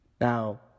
Now